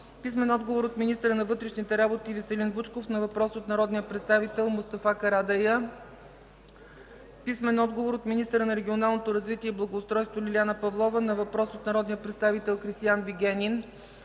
Иванов; - министъра на вътрешните работи Веселин Вучков на въпрос от народния представител Мустафа Карадайъ; - министъра на регионалното развитие и благоустройството Лиляна Павлова на въпрос от народния представител Кристиан Вигенин;